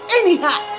anyhow